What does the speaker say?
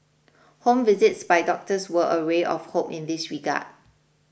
home visits by doctors were a ray of hope in this regard